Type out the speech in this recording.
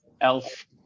elf